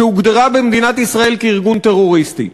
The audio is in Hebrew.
שהוגדרה במדינת ישראל כארגון טרוריסטי.